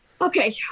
Okay